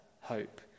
hope